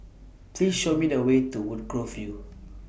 Please Show Me The Way to Woodgrove View